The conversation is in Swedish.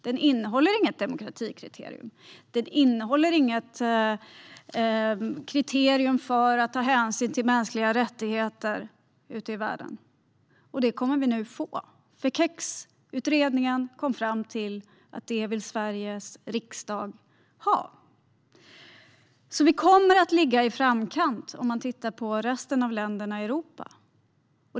Den innehåller inget demokratikriterium och inget kriterium om att ta hänsyn till mänskliga rättigheter ute i världen. Vi kommer nu att få ett sådant kriterium. KEX-utredningen har kommit fram till att Sveriges riksdag vill ha ett sådant. Vi kommer att ligga i framkant jämfört med resten av länderna i Europa.